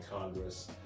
Congress